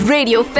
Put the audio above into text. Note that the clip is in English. Radio